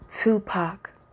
Tupac